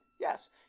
Yes